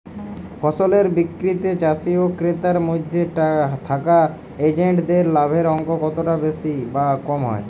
ফসলের বিক্রিতে চাষী ও ক্রেতার মধ্যে থাকা এজেন্টদের লাভের অঙ্ক কতটা বেশি বা কম হয়?